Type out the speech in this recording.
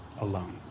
alone